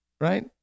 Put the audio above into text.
right